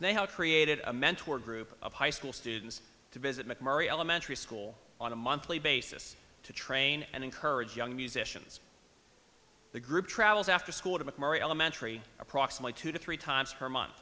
snail created a mentor group of high school students to visit mcmurry elementary school on a monthly basis to train and encourage young musicians the group travels after school to mcmurray elementary approximately two to three times per month